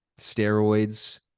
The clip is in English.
steroids